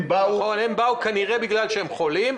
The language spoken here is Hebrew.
הם באו, כנראה בגלל שהם חולים.